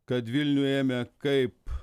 kad vilnių ėmė kaip